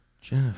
Jeff